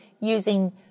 using